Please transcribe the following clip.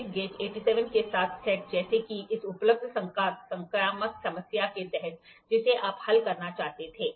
एक slip gauge 87 के साथ सेट जैसा कि इस उपलब्ध संख्यात्मक समस्या के तहत जिसे आप हल करना चाहते थे